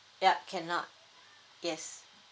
yup cannot yes